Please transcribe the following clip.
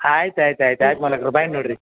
ಆಯ್ತು ಆಯ್ತಾಯ್ತು ಆಯ್ತು ಮಾಲೀಕ್ರೇ ಬಾಯ್ ನೋಡ್ರಿ